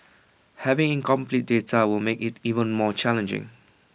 having incomplete data will make IT even more challenging